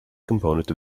component